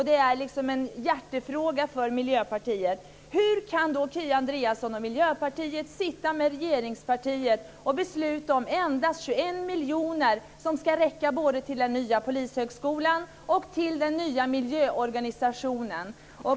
Det är en hjärtefråga för Miljöpartiet. Hur kan då Kia Andreasson och Miljöpartiet sitta med regeringspartiet och besluta om endast 21 miljoner, som ska räcka både till den nya polishögskolan och till den nya miljöorganisationen?